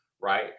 Right